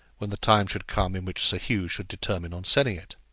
when the time should come in which sir hugh should determine on selling it.